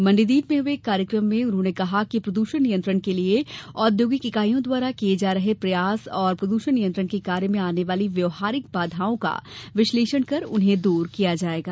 मण्डीदीप में हुए एक कार्यक्रम में उन्होंने कहा कि प्रदूषण नियंत्रण के लिए औधोगिक इकाइयों द्वारा किये जा रहे प्रयास एवं प्रद्षण नियंत्रण के कार्य में आने वाली व्यवहारिक बाधाओं का विश्लेषण कर उन्हे दूर किया जायेगा